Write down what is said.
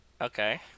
okay